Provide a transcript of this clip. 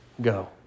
Go